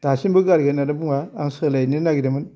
दासिमबो गारगोन होन्नानै बुङा आं सोलायनो नागिदोंमोन